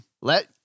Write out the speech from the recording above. Let